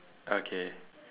okay